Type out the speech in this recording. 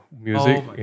music